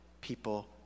people